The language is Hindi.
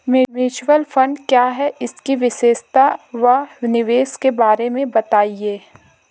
म्यूचुअल फंड क्या है इसकी विशेषता व निवेश के बारे में बताइये?